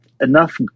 enough